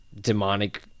demonic